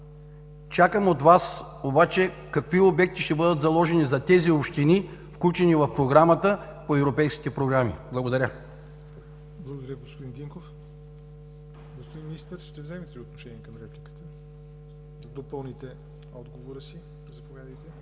Чакам от Вас обаче какви обекти ще бъдат заложени за общините, включени в Програмата, по европейските програми. Благодаря. ПРЕДСЕДАТЕЛ ЯВОР НОТЕВ: Благодаря, господин Динков. Господин Министър, ще вземете ли отношение към репликата, за да допълните отговора си? Заповядайте.